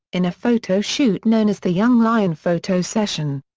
in a photo shoot known as the young lion photo session.